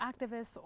activists